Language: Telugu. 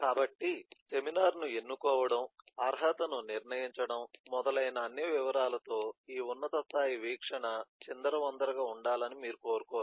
కాబట్టి సెమినార్ను ఎన్నుకోవడం అర్హతను నిర్ణయించడం మొదలైన అన్ని వివరాలతో ఈ ఉన్నత స్థాయి వీక్షణ చిందరవందరగా ఉండాలని మీరు కోరుకోరు